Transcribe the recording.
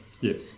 Yes